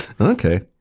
Okay